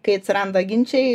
kai atsiranda ginčiai